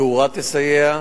התאורה תסייע,